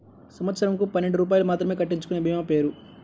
సంవత్సరంకు పన్నెండు రూపాయలు మాత్రమే కట్టించుకొనే భీమా పేరు?